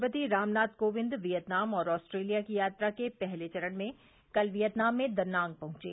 राष्ट्रपति रामनाथ कोविंद वियतनाम और ऑस्ट्रेलिया की यात्रा के पहले चरण में कल वियतनाम में दा नांग पहुंचे